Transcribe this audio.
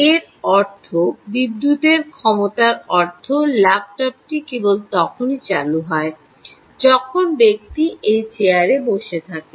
এর অর্থ বিদ্যুতের ক্ষমতার অর্থ হল ল্যাপটপটি কেবল তখনই চালু হয় যখন ব্যক্তি এই চেয়ারে বসে থাকে